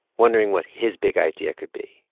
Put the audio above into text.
wondering what his big idea could be.